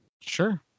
Sure